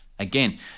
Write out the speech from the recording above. Again